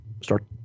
start